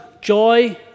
joy